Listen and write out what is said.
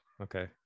Okay